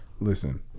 listen